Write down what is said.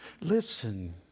listen